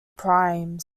primes